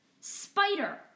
Spider